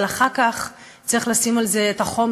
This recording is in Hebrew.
אבל אחר כך צריך לשים על זה את החומר,